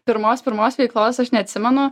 pirmos pirmos veiklos aš neatsimenu